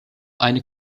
eine